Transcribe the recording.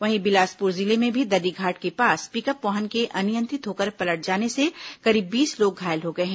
वहीं बिलासपुर जिले में भी दर्रीघाट के पास पिकअप वाहन के अनियंत्रित होकर पलट जाने से करीब बीस लोग घायल हो गए हैं